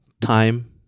time